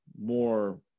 more